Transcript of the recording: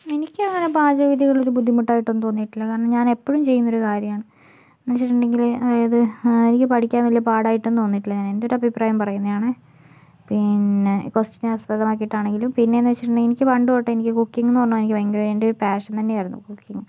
എനിക്കങ്ങനെ പാചകവിദ്യകൾ ഒരു ബുദ്ധിമുട്ടായിട്ടൊന്നും തോന്നിയിട്ടില്ല കാരണം ഞാൻ എപ്പോഴും ചെയ്യുന്ന ഒരു കാര്യമാണ് എന്ന് വെച്ചിട്ടുണ്ടെങ്കില് അതായത് എനിക്ക് പഠിക്കാൻ വലിയ പാടായിട്ടൊന്നും തോന്നിയിട്ടില്ല ഞാൻ എന്റെ ഒരു അഭിപ്രായം പറയുന്നതാണേ പിന്നെ ക്വസ്റ്റ്യൻ ആസ്പദമാക്കിയിട്ട് ആണെങ്കിലും പിന്നെയെന്ന് വെച്ചിട്ടുണ്ടെങ്കിൽ എനിക്ക് പണ്ട് തൊട്ടേ എനിക്ക് കുക്കിംഗ് എന്ന് പറഞ്ഞാൽ എനിക്ക് ഭയങ്കര എൻ്റെ ഒരു പാഷൻ തന്നെയായിരുന്നു കുക്കിംഗ്